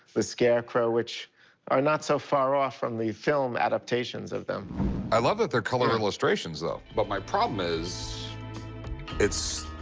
the scarecrow, which are not so far off from the film adaptations of them. rick i love that they're color illustrations, though, but my problem is it's